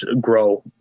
grow